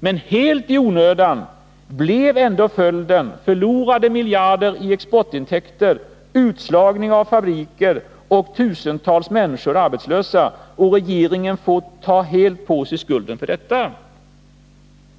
Men helt i onödan blev ändå följden förlorade miljarder i exportintäkter, utslagning av fabriker och tusentals människor arbetslösa. Regeringen får helt ta på sig skulden för detta.